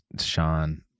sean